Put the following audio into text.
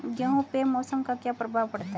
गेहूँ पे मौसम का क्या प्रभाव पड़ता है?